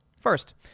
First